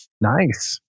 Nice